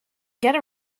get